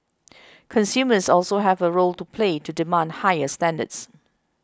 consumers also have a role to play to demand higher standards